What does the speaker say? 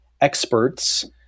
experts